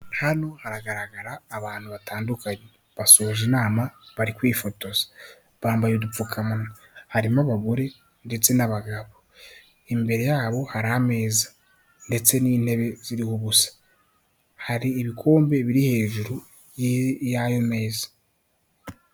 Hano haragaragara abantu batandukanye, basoje inama bari kwifotoza, bambaye udupfukamuwa, harimo abagore ndetse n'abagabo, imbere yabo hari ameza ndetse n'intebe ziriho ubusa, hari ibikombe biri hejuru y'ayo meza.